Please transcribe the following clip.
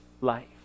life